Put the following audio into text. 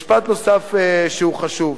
משפט נוסף שהוא חשוב: